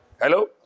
Hello